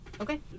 Okay